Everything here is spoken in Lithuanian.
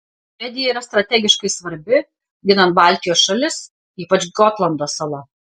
švedija yra strategiškai svarbi ginant baltijos šalis ypač gotlando sala